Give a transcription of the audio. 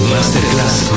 Masterclass